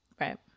Right